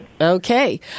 Okay